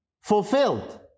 fulfilled